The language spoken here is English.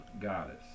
goddess